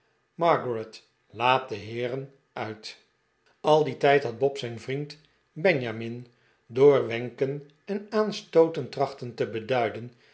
margaret laat de heeren uit al dien tijd had bob zijn vriend benjamin door wenken en aanstooten trachten te beduiden